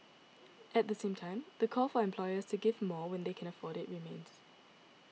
at the same time the call for employers to give more when they can afford it remains